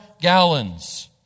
gallons